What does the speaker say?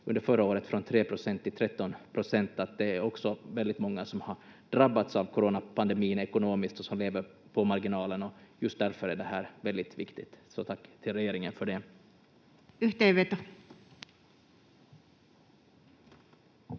under förra året från 3 procent till 13 procent. Det är också väldigt många som har drabbats ekonomiskt av coronapandemin och som lever på marginalen. Just därför är det här väldigt viktigt, så tack till regeringen för det. [Speech